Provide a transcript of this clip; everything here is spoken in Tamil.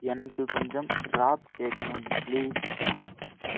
எனக்கு கொஞ்சம் ராப் கேட்க்கணும் பிளீஸ்